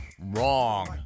wrong